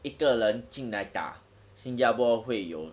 一个人进来打新加坡会有